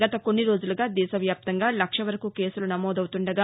గత కొన్ని రోజులుగా దేశవ్యాప్తంగా లక్ష వరకు కేసులు నమోదవుతుండగా